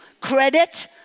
credit